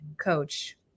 coach